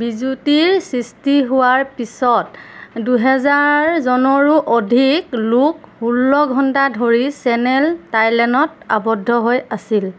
বিজুতিৰ সৃষ্টি হোৱাৰ পিছত দুহেজাৰজনৰো অধিক লোক ষোল্ল ঘণ্টা ধৰি চেনেল টাইনেলত আবদ্ধ হৈ আছিল